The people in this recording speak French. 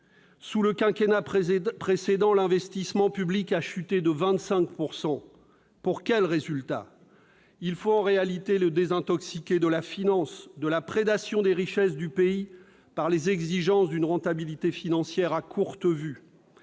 Sous le quinquennat précédent, l'investissement public a chuté de 25 %, et pour quel résultat ? En réalité, il faut désintoxiquer le pays de la finance, de la prédation des richesses communes par les exigences d'une rentabilité financière à courte vue.